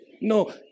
No